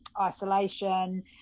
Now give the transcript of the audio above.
isolation